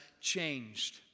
changed